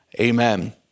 Amen